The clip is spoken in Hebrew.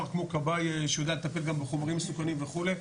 כמו כבאי שיודע לטפל בחומרים מסוכנים וכולי,